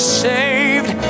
saved